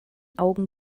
augen